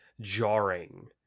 jarring